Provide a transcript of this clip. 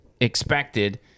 expected